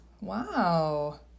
Wow